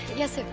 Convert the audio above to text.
yes, sir.